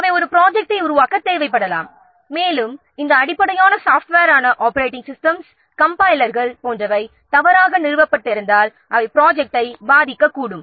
அவை ஒரு ப்ரொஜெக்ட்டை உருவாக்கத் தேவைப்படலாம் மேலும் இந்த அடிப்படை சாஃப்ட்வேரான ஆப்ரேட்டிங் சிஸ்டம்ஸ் கம்பைலர்கள் போன்றவை தவறாக நிறுவப்பட்டு இருந்தால் அவை ப்ரொஜெக்ட்டை பாதிக்கக்கூடும்